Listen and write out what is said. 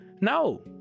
no